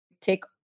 take